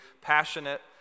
passionate